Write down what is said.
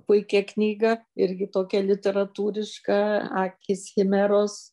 puikią knygą irgi tokia literatūriška akys chimeros